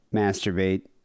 masturbate